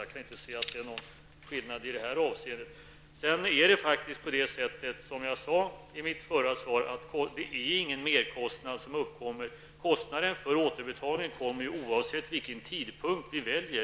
Jag kan inte se att det skulle vara någon skillnad i det här avseendet. Som jag sade i mitt förra inlägg uppstår ingen merkostnad. Kostnaden för återbetalning uppstår ju oavsett vilken tidpunkt vi väljer.